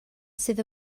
sydd